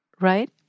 right